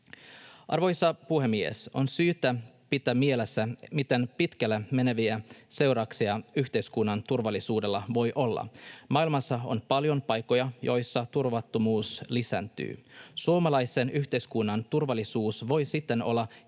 Arvoisa puhemies! On syytä pitää mielessä, miten pitkälle meneviä seurauksia yhteiskunnan turvallisuudella voi olla. Maailmassa on paljon paikkoja, joissa turvattomuus lisääntyy. Suomalaisen yhteiskunnan turvallisuus voi siten olla kilpailuetu,